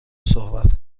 صحبت